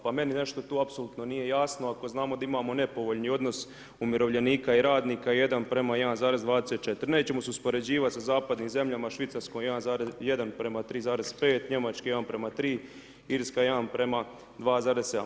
Pa meni nešto tu apsolutno nije jasno, ako znamo da imamo nepovoljni odnos umirovljenika i radnika 1:1,24 nećemo se uspoređivat sa zapadnim zemljama Švicarskom 1, 1:3,5, Njemačka 1:3, Irska 1:2,7.